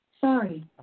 Sorry